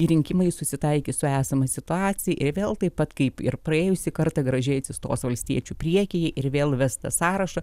rinkimais susitaikys su esama situacija ir vėl taip pat kaip ir praėjusį kartą gražiai atsistos valstiečių priekyje ir vėl ves tą sąrašą